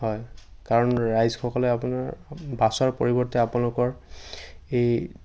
হয় কাৰণ ৰাইজসকলে আপোনাৰ বাছৰ পৰিৱৰ্তে আপোনালোকৰ এই